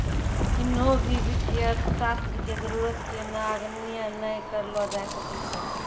किन्हो भी वित्तीय अर्थशास्त्र के जरूरत के नगण्य नै करलो जाय सकै छै